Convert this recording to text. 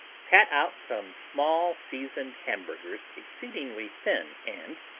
pat out some small seasoned hamburgers exceedingly thin and,